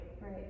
Right